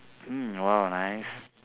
mm !wow! nice